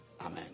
Amen